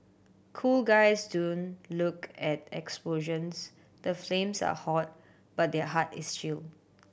cool guys don't look at explosions the flames are hot but their heart is chill